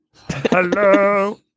Hello